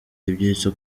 ibyitso